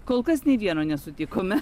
kol kas nei vieno nesutikome